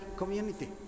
community